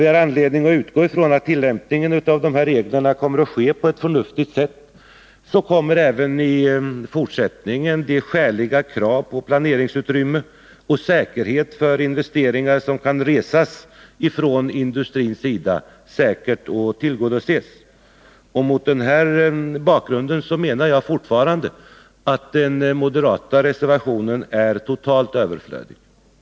Vi har alltså anledning att utgå från att vid en förnuftig tillämpning av dessa regler även i fortsättningen de skäliga krav på planeringsutrymme och säkerhet för investeringar som kan resas från industrins sida kommer att tillgodoses. Mot denna bakgrund menar jag fortfarande att den moderata reservationen är totalt överflödig.